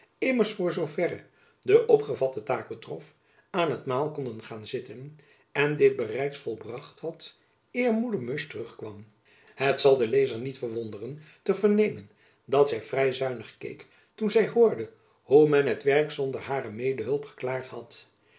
immers voor zoo verre de opgevatte taak betrof aan het maal konden gaan zitten en dit bereids volbracht had eer moeder musch terug kwam het zal den lezer niet verwonderen te vernemen dat zy vrij zuinig keek toen zy hoorde hoe men het werk zonder hare medehulp geklaard had